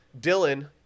Dylan